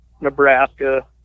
Nebraska